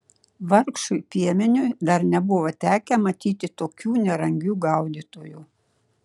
vargšui piemeniui dar nebuvo tekę matyti tokių nerangių gaudytojų